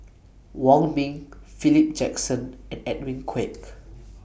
Wong Ming Philip Jackson and Edwin Koek